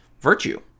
virtue